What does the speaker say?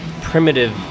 primitive